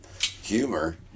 humor